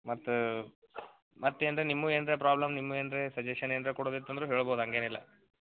ಮತ್ತು ಮತ್ತೆನರ ನಿಮ್ಮ ಏನರೆ ಪ್ರಾಬ್ಲಮ್ ನಿಮ್ಮ ಏನರೆ ಸಜೆಷನ್ ಏನರೆ ಕೊಡೋದು ಇತ್ತಂದ್ರೆ ಹೇಳ್ಬೌದು ಹಾಗೇನಿಲ್ಲ